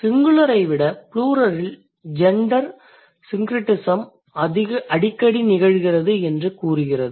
சிங்குலரை விட ப்ளூரலில் gender syncretism அடிக்கடி நிகழ்கிறது என்று இது கூறுகிறது